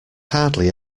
hardly